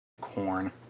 corn